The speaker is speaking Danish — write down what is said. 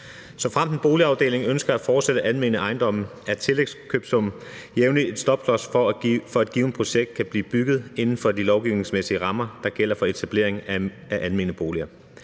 Såfremt en boligafdeling ønsker at fortsætte med at have almene ejendomme, er tillægskøbesummen jævnligt en stopklods for, at et givent projekt kan blive bygget inden for de lovgivningsmæssige rammer, der gælder for etableringen af almene boliger.